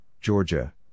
Georgia